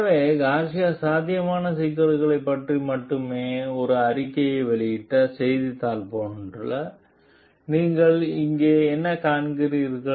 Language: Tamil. எனவே கார்சியா சாத்தியமான சிக்கல்களைப் பற்றி மட்டுமே ஒரு அறிக்கையை வெளியிட்ட செய்தியைப் போல நீங்கள் இங்கே என்ன காண்கிறீர்கள்